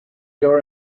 your